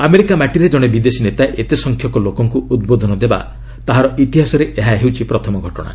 America ମାଟିରେ ଜଣେ ବିଦେଶୀ ନେତା ଏତେସଂଖ୍ୟକ ଲୋକଙ୍କ ଉଦ୍ବୋଧନ ଦେବା ତାହାର ଇତିହାସରେ ଏହା ପ୍ରଥମ ଘଟଣା